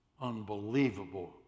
unbelievable